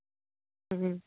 হুম